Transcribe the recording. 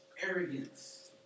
Arrogance